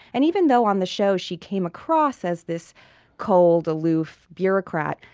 and even though on the show she came across as this cold, aloof bureaucrat,